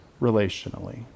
relationally